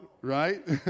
right